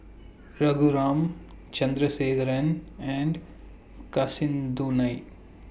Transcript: Raghuram Chandrasekaran and Kasinadhuni